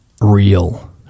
real